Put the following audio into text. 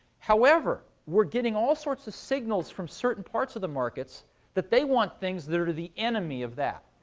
however, we're getting all sorts of signals from certain parts of the markets that they want things that are the enemy of that,